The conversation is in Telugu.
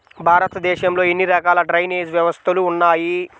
భారతదేశంలో ఎన్ని రకాల డ్రైనేజ్ వ్యవస్థలు ఉన్నాయి?